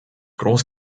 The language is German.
groß